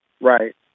Right